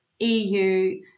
EU